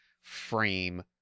frame